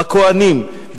בכוהנים,